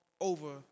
over